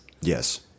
Yes